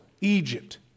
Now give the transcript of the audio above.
Egypt